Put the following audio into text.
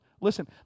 listen